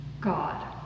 God